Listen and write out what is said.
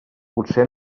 potser